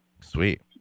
Sweet